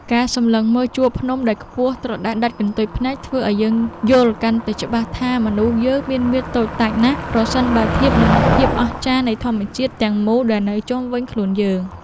ការសម្លឹងមើលជួរភ្នំដែលខ្ពស់ត្រដែតដាច់កន្ទុយភ្នែកធ្វើឱ្យយើងយល់កាន់តែច្បាស់ថាមនុស្សយើងមានមាឌតូចតាចណាស់ប្រសិនបើធៀបនឹងភាពអស្ចារ្យនៃធម្មជាតិទាំងមូលដែលនៅជុំវិញខ្លួនយើង។